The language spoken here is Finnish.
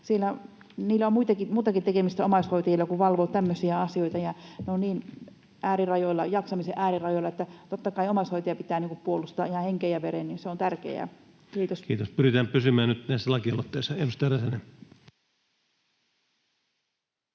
on muutakin tekemistä kuin valvoa tämmöisiä asioita. He ovat niin jaksamisen äärirajoilla, että totta kai omaishoitajia pitää puolustaa ihan henkeen ja vereen. Se on tärkeää. — Kiitos. Kiitos. — Pyritään pysymään nyt näissä lakialoitteissa. — Edustaja Räsänen.